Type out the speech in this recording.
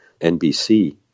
NBC